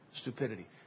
stupidity